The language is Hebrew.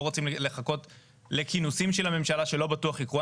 לא רוצים לחכות לכינוסים של הממשלה שלא בטוח יקרו.